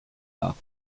pas